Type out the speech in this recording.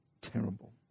terrible